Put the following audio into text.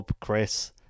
Chris